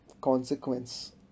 consequence